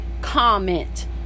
comment